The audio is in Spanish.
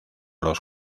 los